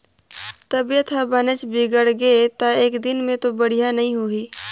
तबीयत ह बनेच बिगड़गे त एकदिन में तो बड़िहा नई होही